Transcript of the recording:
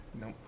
Nope